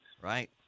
Right